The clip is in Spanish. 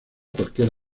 cualquier